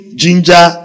ginger